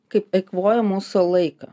kaip eikvoja mūsų laiką